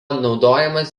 naudojamas